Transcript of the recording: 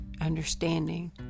understanding